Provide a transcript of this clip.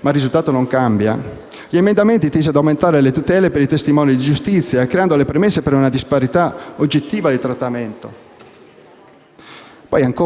ma il risultato non cambia) gli emendamenti tesi ad aumentare le tutele per i testimoni di giustizia, creando le premesse per una oggettiva disparità di trattamento. Sono